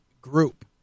group